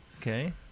okay